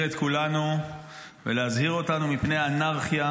את כולנו ולהזהיר אותנו מפני אנרכיה,